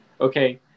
Okay